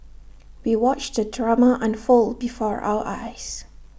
we watched the drama unfold before our eyes